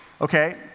okay